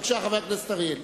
בבקשה, חבר הכנסת אריאל.